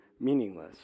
Meaningless